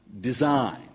design